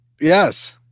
Yes